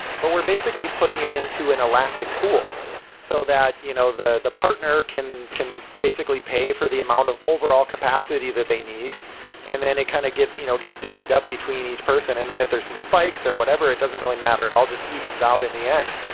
but we're basically putting it into an elastic pool so that you know the the partner can can basically pay for the amount of overall capacity that they need and then it kind of gets you know gets divied up between each person and then if there are some spikes or whatever, it doesn't really matter at all, just evens out in the end.